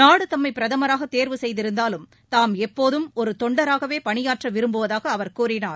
நாடு தம்மை பிரதமராக தேர்வு செய்திருந்தாலும் தாம் எப்போதும் ஒரு தொண்டராகவே பணியாற்ற விரும்புவதாக அவர் கூறினார்